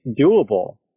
doable